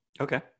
Okay